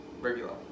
regular